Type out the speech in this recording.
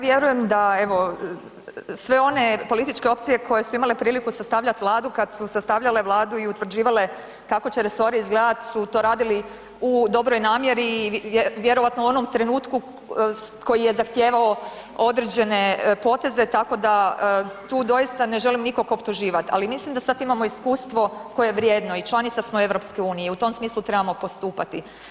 Pa ja vjerujem da evo sve one političke opcije koje su imale priliku sastavljati Vladu, kad su sastavljale Vladu i utvrđivale kako će resori izgledat su to radili u dobroj namjeri i vjerovatno u onom trenutku koji je zahtijevao određene poteze, tako da tu doista ne želim nikog optuživati ali mislim da sad imamo iskustvo koje je vrijedno i članica smo EU-a i u tom smislu trebamo postupati.